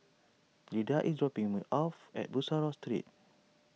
Glinda is dropping me off at Bussorah Street